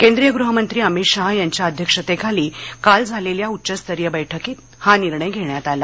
केंद्रीय गृहमंत्री अमित शाह यांच्या अध्यक्षतेखाली काल झालेल्या उच्चस्तरीय बैठकीत हा निर्णय घेण्यात आला